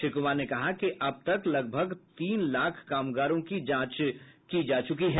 श्री कुमार ने कहा कि अब तक लगभग तीन लाख कामगरों की जांच की जा चुकी है